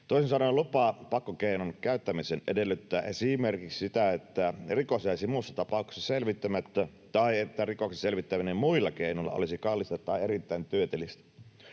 Toisin sanoen lupa pakkokeinon käyttämiseen edellyttää esimerkiksi sitä, että rikos jäisi muussa tapauksessa selvittämättä tai että rikoksen selvittäminen muilla keinoilla olisi kallista tai erittäin työteliästä.